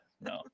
No